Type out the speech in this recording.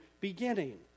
beginning